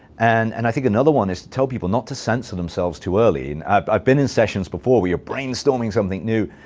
and and i think another one is to tell people not to censor themselves too early. and i've i've been in sessions before where you're brainstorming something new,